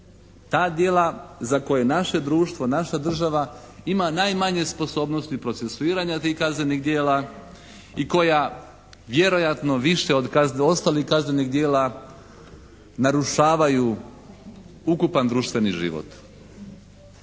Ta djela za koje naše društvo, naša država ima najmanje sposobnosti procesuiranja tih kaznenih djela i koja vjerojatno više od ostalih kaznenih djela narušavaju ukupan društveni život.